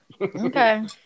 okay